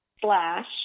slash